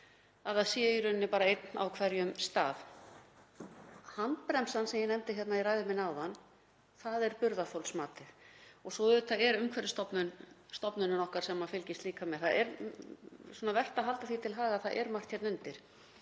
það sé í rauninni bara einn á hverjum stað. Handbremsan sem ég nefndi í ræðu minni áðan, það er burðarþolsmatið. Svo auðvitað er Umhverfisstofnun stofnunin okkar sem fylgist líka með. Það er vert að halda því til haga að það er margt hérna undir.